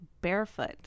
barefoot